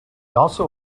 also